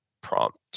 prompt